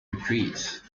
retreats